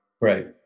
Right